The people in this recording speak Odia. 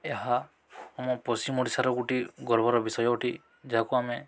ଏହା ଆମ ପଶ୍ଚିମ ଓଡ଼ିଶାର ଗୋଟିଏ ଗର୍ବର ବିଷୟ ଅଟେ ଯାହାକୁ ଆମେ